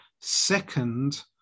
second